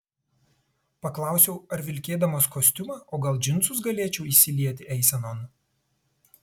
paklausiau ar vilkėdamas kostiumą o gal džinsus galėčiau įsilieti eisenon